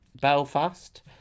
Belfast